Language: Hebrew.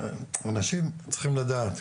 אנשים צריכים לדעת,